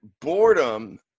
boredom